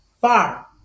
far